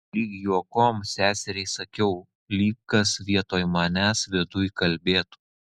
lyg juokom seseriai sakiau lyg kas vietoj manęs viduj kalbėtų